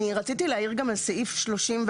אני רציתי להעיר גם על סעיף 31,